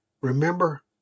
Remember